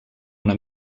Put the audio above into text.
una